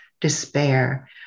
despair